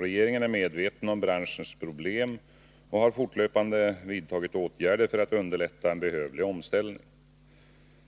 Regeringen är medveten om branschens problem och har fortlöpande vidtagit åtgärder för att underlätta en behövlig omställning.